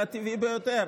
זה היה טבעי ביותר.